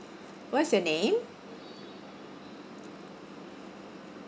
what's your name